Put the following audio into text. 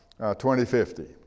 2050